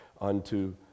unto